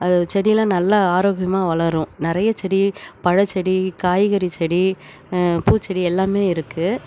அது செடியெல்லாம் நல்லா ஆரோக்கியமாக வளரும் நிறைய செடி பழச்செடி காய்கறிச்செடி பூச்செடி எல்லாமே இருக்குது